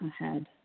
ahead